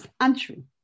untrue